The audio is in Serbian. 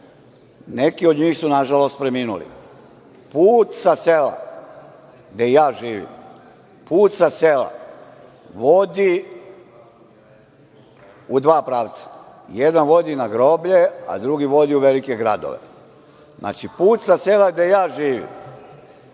Neki od njih su, nažalost, preminuli. Put sa sela, gde ja živim, put sa sela vodi u dva pravca. Jedan vodi na groblje, a drugi vodi u velike gradove. Znači, put sa sela gde ja živim